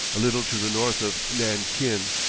a little to the north of nankin.